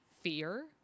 fear